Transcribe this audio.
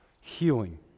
healing